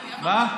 מה?